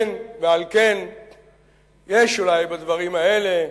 ועל כן יש אולי בדברים האלה,